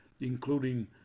including